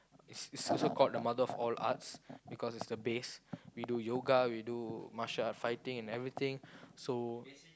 is is is also called the mother of all arts because is the base we do yoga we do martial art fighting and everything so